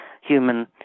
human